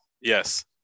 yes